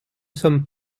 sommes